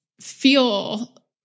feel